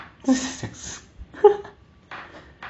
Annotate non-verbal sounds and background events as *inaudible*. for sex *laughs*